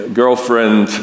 girlfriend